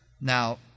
Now